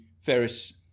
Ferris